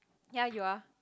ya you are